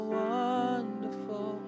wonderful